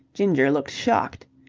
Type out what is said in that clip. ginger looked shocked.